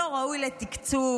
לא ראוי לתקצוב.